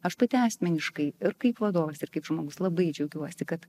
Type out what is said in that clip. aš pati asmeniškai ir kaip vadovas ir kaip žmogus labai džiaugiuosi kad